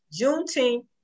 Juneteenth